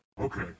Okay